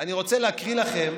אני רוצה להקריא לכם